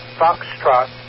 Foxtrot